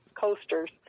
coasters